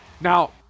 Now